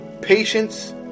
patience